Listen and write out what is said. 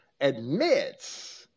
admits